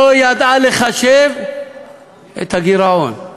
לא ידעה לחשב את הגירעון,